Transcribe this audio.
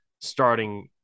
starting